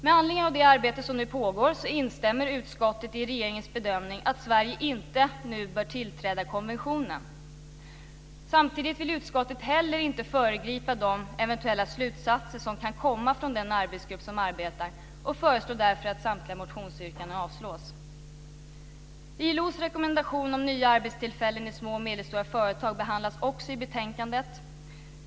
Med anledning av det arbete som nu pågår instämmer utskottet i regeringens bedömning att Sverige bör tillträda konventionen. Samtidigt vill vi inte heller föregripa de eventuella slutsatser som kan komma från den arbetsgrupp som arbetar och föreslår därför att samtliga motionsyrkanden avslås. ILO:s rekommendation om nya arbetstillfällen i små och medelstora företag behandlas också i betänkandet.